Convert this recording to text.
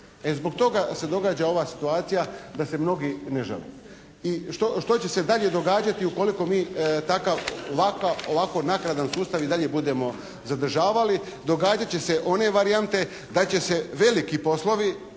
Zbog toga se događa ova situacija da se mnogi ne žale. I što će se dalje događati ukoliko mi ovako nakaradan sustav i dalje budemo zadržavali? Događat će se one varijante da će se veliki poslovi